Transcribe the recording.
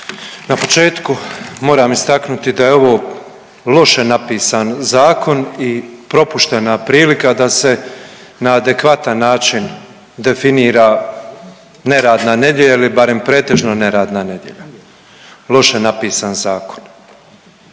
Na početku moram istaknuti da je ovo loše napisan zakon i propuštena prilika da se na adekvatan način definira neradna nedjelja ili barem pretežno neradna nedjelja. Loše napisan zakon.